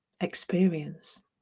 experience